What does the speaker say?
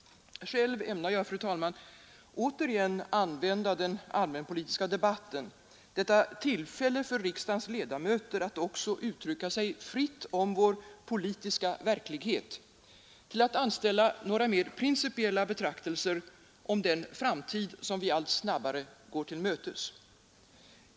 Själv ämnar jag åter använda den allmänpolitiska debatten — detta tillfälle för riksdagens ledamöter att också uttrycka sig fritt om vår politiska verklighet — till att anställa några principiella betraktelser om den framtid som vi allt snabbare går till mötes.